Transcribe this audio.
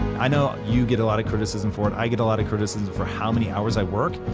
i know you get a lot of criticism for it, i get a lot of criticism for how many hours i work,